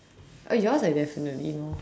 oh yours I definitely know